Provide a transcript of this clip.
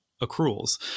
accruals